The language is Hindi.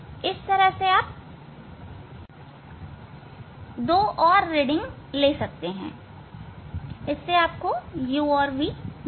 इस तरह आप दो और रीडिंग ले सकते हैं आपको u और v मिलेगा